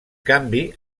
canvi